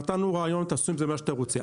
נתנו רעיון, תעשו עם זה מה שאתם רוצים.